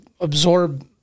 absorb